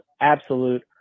absolute